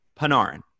Panarin